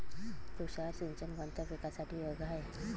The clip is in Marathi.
तुषार सिंचन कोणत्या पिकासाठी योग्य आहे?